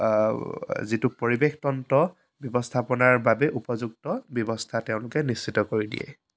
যিটো পৰিৱেশতন্ত্ৰ ব্যৱস্থাপনাৰ বাবে উপযুক্ত ব্যৱস্থা তেওঁলোকে নিশ্চিত কৰি দিয়ে